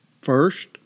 First